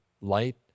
light